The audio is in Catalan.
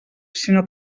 sinó